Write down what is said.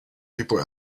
people